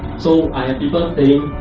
so i have people